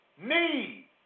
Need